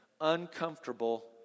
Uncomfortable